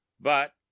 But